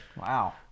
Wow